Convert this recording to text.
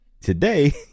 Today